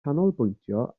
canolbwyntio